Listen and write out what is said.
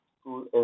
school